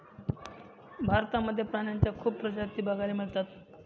भारतामध्ये प्राण्यांच्या खूप प्रजाती बघायला मिळतात